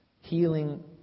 Healing